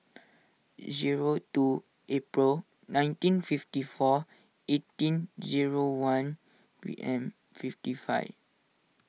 zero two April nineteen fifty four eighteen zero one P M fifty five